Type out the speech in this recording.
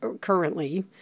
currently